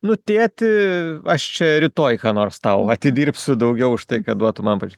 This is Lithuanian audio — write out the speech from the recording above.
nu tėti aš čia rytoj ką nors tau atidirbsiu daugiau už tai kad duotum man paž